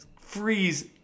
freeze